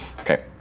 Okay